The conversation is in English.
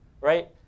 right